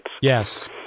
Yes